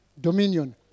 dominion